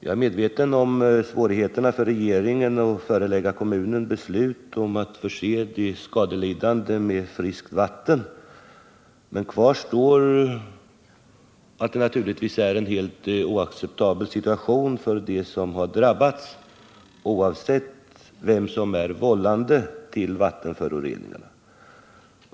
Jag är medveten om svårigheterna för regeringen när det gäller att förelägga kommunen beslut om att förse de skadelidande med friskt vatten. Men kvar står att det naturligtvis är en helt oacceptabel situation för dem som har drabbats, oavsett vem som är vållande till vattenföroreningarna.